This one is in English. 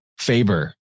Faber